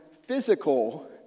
physical